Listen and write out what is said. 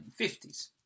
1950s